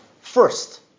first